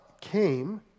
came